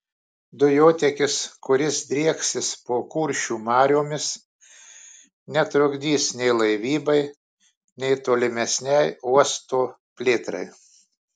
dujotiekis kuris drieksis po kuršių mariomis netrukdys nei laivybai nei tolimesnei uosto plėtrai